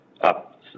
up